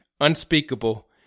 unspeakable